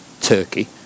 Turkey